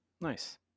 Nice